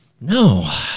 no